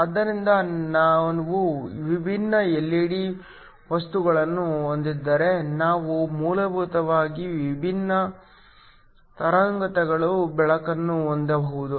ಆದ್ದರಿಂದ ನಾವು ವಿಭಿನ್ನ ಎಲ್ಇಡಿ ವಸ್ತುಗಳನ್ನು ಹೊಂದಿದ್ದರೆ ನಾವು ಮೂಲಭೂತವಾಗಿ ವಿಭಿನ್ನ ತರಂಗಾಂತರಗಳ ಬೆಳಕನ್ನು ಹೊಂದಬಹುದು